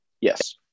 Yes